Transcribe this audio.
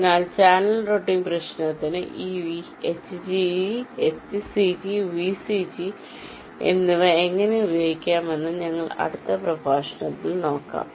അതിനാൽ channel routing പ്രശ്നത്തിന് ഈ HCG VCG എന്നിവ എങ്ങനെ ഉപയോഗിക്കാമെന്ന് ഞങ്ങളുടെ അടുത്ത പ്രഭാഷണങ്ങളിൽ നോക്കാം